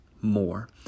more